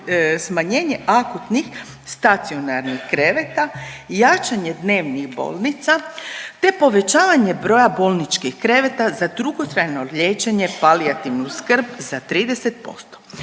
smanjenje akutnih stacionarnih kreveta i jačanje dnevnih bolnica te povećavanje broja bolničkih kreveta za dugotrajno liječenje, palijativnu skrb za 30%.